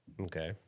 Okay